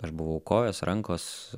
aš buvau kojos rankos